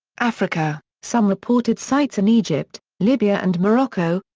africa some reported sites in egypt, libya and morocco,